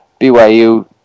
BYU